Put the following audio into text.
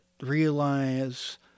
realize